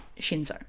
shinzo